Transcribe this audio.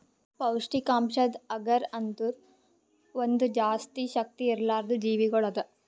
ಪೌಷ್ಠಿಕಾಂಶದ್ ಅಗರ್ ಅಂದುರ್ ಒಂದ್ ಜಾಸ್ತಿ ಶಕ್ತಿ ಇರ್ಲಾರ್ದು ಜೀವಿಗೊಳ್ ಅದಾ